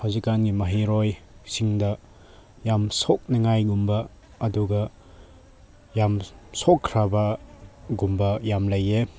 ꯍꯧꯖꯤꯛꯀꯥꯟꯒꯤ ꯃꯍꯩꯔꯣꯏꯁꯤꯡꯗ ꯌꯥꯝ ꯁꯣꯛꯅꯉꯥꯏꯒꯨꯝꯕ ꯑꯗꯨꯒ ꯌꯥꯝ ꯁꯣꯛꯈ꯭ꯔꯕ ꯒꯨꯝꯕ ꯌꯥꯝ ꯂꯩꯌꯦ